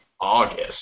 August